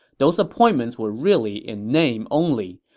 those appointments were really in name only,